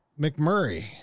McMurray